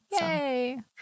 Yay